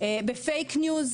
בפייק ניוז.